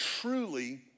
truly